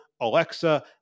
Alexa